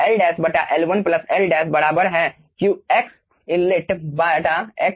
तो L' L1 L' बराबर है x inlet x 2 meter के